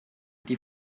die